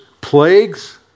plagues